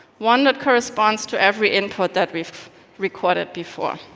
one that corresponds to every input that we have recorded before.